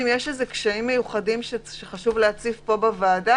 האם יש קשיים מיוחדים שחשוב להציף פה בוועדה?